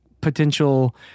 potential